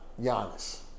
Giannis